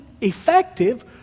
effective